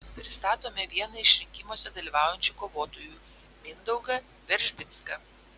pristatome vieną iš rinkimuose dalyvaujančių kovotojų mindaugą veržbicką